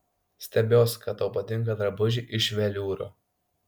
stebiuos kad tau patinka drabužiai iš veliūro